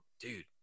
dude